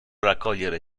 raccogliere